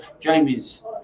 Jamie's